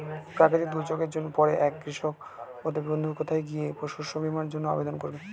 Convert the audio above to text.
প্রাকৃতিক দুর্যোগের পরে একজন কৃষক বন্ধু কোথায় গিয়ে শস্য বীমার জন্য আবেদন করবে?